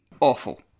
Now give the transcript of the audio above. awful